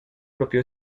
propio